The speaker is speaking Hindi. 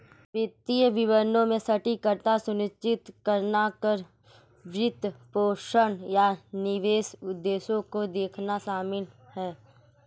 वित्तीय विवरणों में सटीकता सुनिश्चित करना कर, वित्तपोषण, या निवेश उद्देश्यों को देखना शामिल हैं